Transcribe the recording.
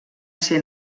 ser